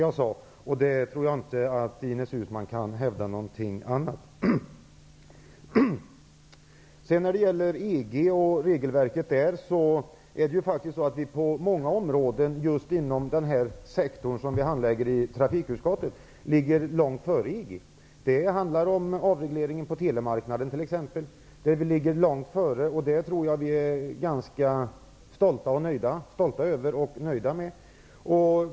Jag tror inte att Ines Uusmann kan hävda något annat. När det gäller EG:s regelverk ligger vi faktiskt på många områden just inom den sektor som vi handlägger inom trafikutskottet långt före EG. Det gäller t.ex. för avregleringen på hela telemarknaden, och jag tror att vi är ganska stolta över och nöjda med detta.